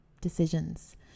decisions